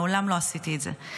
מעולם לא עשיתי את זה.